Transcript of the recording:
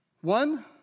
one